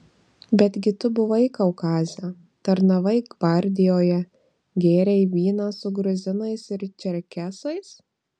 betgi tu buvai kaukaze tarnavai gvardijoje gėrei vyną su gruzinais ir čerkesais